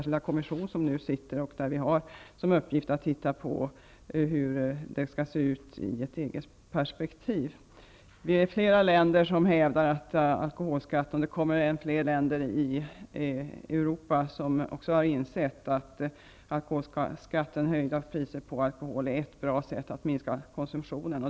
Kommissionen har som uppgift att finna hur dessa frågor skall hanteras i ett EG perspektiv. Flera länder hävdar redan nu, och fler länder i Europa kommer till, att alkoholskatten och höjda priser på alkohol är ett bra sätt att minska konsumtionen.